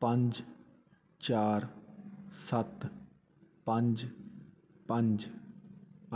ਪੰਜ ਚਾਰ ਸੱਤ ਪੰਜ ਪੰਜ